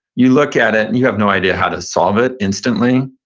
you look at it and you have no idea how to solve it instantly,